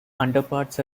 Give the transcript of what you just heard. underparts